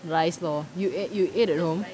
rice lor you ate you ate at home